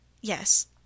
Yes